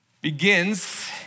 begins